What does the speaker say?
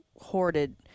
hoarded –